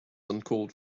uncalled